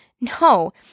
No